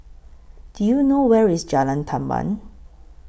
Do YOU know Where IS Jalan Tamban